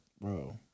Bro